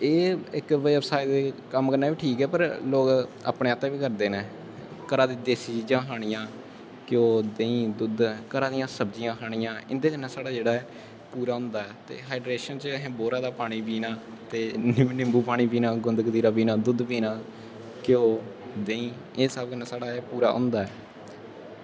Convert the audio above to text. एह् इक्क वयवसाय कम्म करना बी ठीक ऐ पर अपने आस्तै बी करदे न घरा दी देसी चीज़ां खानियां न घिओ देहीं दुद्ध घरा दियां सब्जियां खानियां पूरा होंदा ते बोर दा पानी पीना ते नींबु पानी पीना गुंधकतीरा पीना ते देहीं एह् साढ़े कन्नै पूरा होंदा